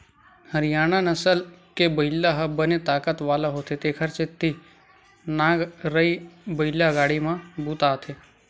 हरियाना नसल के बइला ह बने ताकत वाला होथे तेखर सेती नांगरए बइला गाड़ी म बूता आथे